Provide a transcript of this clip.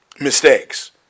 mistakes